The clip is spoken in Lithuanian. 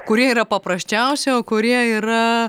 kurie yra paprasčiausi o kurie yra